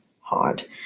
hard